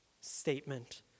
statement